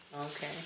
Okay